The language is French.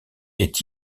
est